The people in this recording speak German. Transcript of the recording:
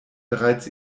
bereits